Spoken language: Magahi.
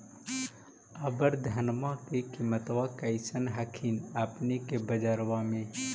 अबर धानमा के किमत्बा कैसन हखिन अपने के बजरबा में?